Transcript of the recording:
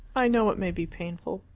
i know it may be painful.